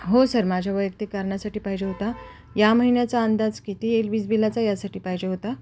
हो सर माझ्या वैयक्तिक करणासाठी पाहिजे होता या महिन्याचा अंदाज किती येईल बीज बिलाचा यासाठी पाहिजे होता